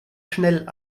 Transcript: schnell